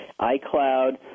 iCloud